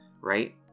right